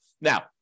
now